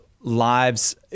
lives